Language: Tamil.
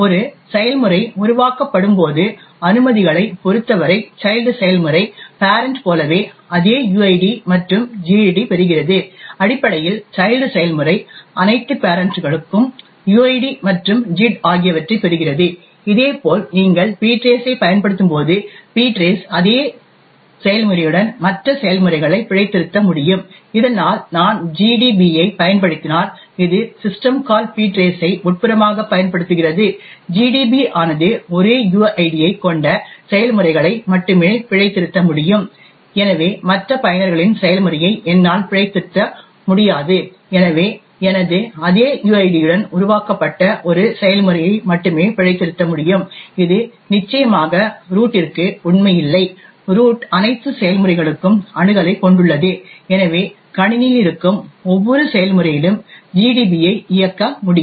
ஒரு செயல்முறை உருவாக்கப்படும்போது அனுமதிகளைப் பொறுத்தவரை சைல்ட் செயல்முறை பேரன்ட் போலவே அதே யுஐடி மற்றும் ஜிஐடி பெறுகிறது அடிப்படையில் சைல்ட் செயல்முறை அனைத்து பேரன்ட்களுக்கும் யுஐடி மற்றும் ஜிஐடி ஆகியவற்றைப் பெறுகிறது இதேபோல் நீங்கள் ptrace ஐப் பயன்படுத்தும்போது ptrace அதே செயல்முறையுடன் மற்ற செயல்முறைகளை பிழைத்திருத்த முடியும் இதனால் நான் GDB ஐப் பயன்படுத்தினால் இது சிஸ்டம் கால் ptrace ஐ உட்புறமாக பயன்படுத்துகிறது GDB ஆனது ஒரே யுஐடியைக் கொண்ட செயல்முறைகளை மட்டுமே பிழைத்திருத்த முடியும் எனவே மற்ற பயனர்களின் செயல்முறையை என்னால் பிழைத்திருத்த முடியாது எனவே எனது அதே யுஐடியுடன் உருவாக்கப்பட்ட ஒரு செயல்முறையை மட்டுமே பிழைத்திருத்த முடியும் இது நிச்சயமாக ரூட்டிற்கு உண்மை இல்லை ரூட் அனைத்து செயல்முறைகளுக்கும் அணுகலைக் கொண்டுள்ளது எனவே கணினியில் இருக்கும் ஒவ்வொரு செயல்முறையிலும் GDB ஐ இயக்க முடியும்